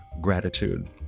gratitude